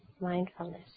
Mindfulness